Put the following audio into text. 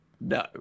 No